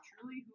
Truly